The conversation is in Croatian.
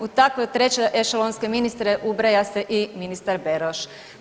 U takve treće ešalonske ministre ubraja se i ministar Beroš.